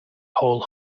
whole